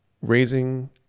Raising